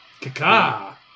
Kaka